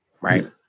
right